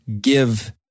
give